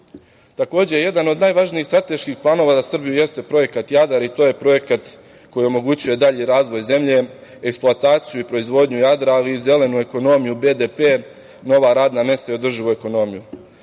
Srbija. Takođe, jedan od najvažnijih strateških planova za Srbiju jeste projekat Jadar i to je projekat koji omogućava dalji razvoj zemlje, eksploataciju i proizvodnju Jadra, ali i zelenu ekonomiju, BDP, nova radna mesta i održivu ekonomiju.